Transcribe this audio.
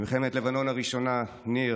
במלחמת לבנון הראשונה ניר,